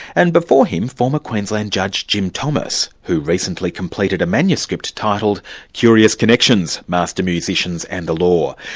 and before him, former queensland judge, jim thomas, who recently completed a manuscript titled curious connections master musicians and the law.